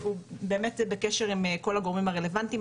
הוא באמת בקשר עם כל הגורמים הרלבנטיים.